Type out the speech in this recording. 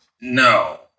No